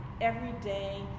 everyday